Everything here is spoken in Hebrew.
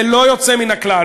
ללא יוצא מן הכלל,